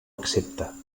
accepta